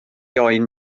oen